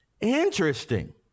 Interesting